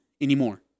anymore